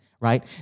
Right